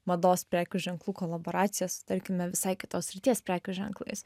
mados prekių ženklų kolaboracijas tarkime visai kitos srities prekių ženklais